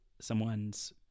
someone's